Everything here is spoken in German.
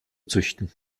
züchten